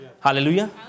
Hallelujah